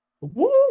Woo